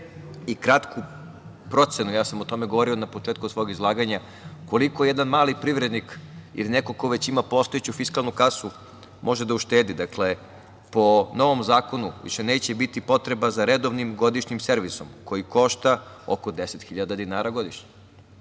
i kratku procenu, ja sam o tome govorio na početku svog izlaganja, koliko jedan mali privrednik ili neko ko već ima postojeću fiskalnu kasu, može da uštedi. Dakle, po novom zakonu više neće biti potreba za redovnim godišnjim servisom koji košta oko 10 hiljada dinara godišnje.